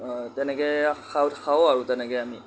তেনেকৈ খাওঁ আৰু তেনেকৈ আমি